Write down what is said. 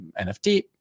NFT